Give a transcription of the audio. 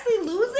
losing